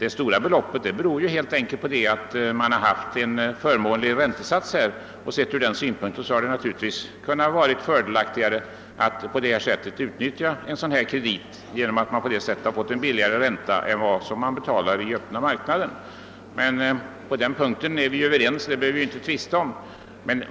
Att somliga har så stor kvarskatt beror helt enkelt på att de har ansett räntesatsen vara förmånlig och att de har ansett det vara fördelaktigare att utnyttja en sådan kredit till en lägre ränta än de måste betala i den öppna marknaden. På den punkten är vi överens, och vi behöver inte tvista om den.